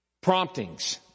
promptings